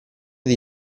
dei